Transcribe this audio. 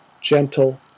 gentle